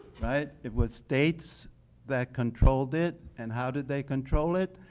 right? it was states that controlled it and how did they control it?